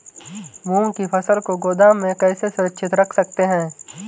मूंग की फसल को गोदाम में कैसे सुरक्षित रख सकते हैं?